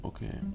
Okay